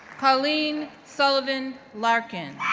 colleen sullivan larkin,